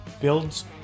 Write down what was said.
Builds